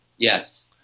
Yes